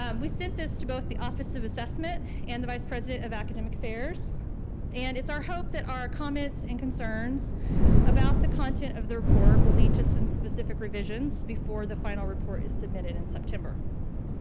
um we sent this to both the office of assessment and the vice president of academic affairs and it's our hope that our comments and concerns about the content of the report will lead to some specific revisions before the final report is submitted in september.